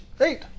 Eight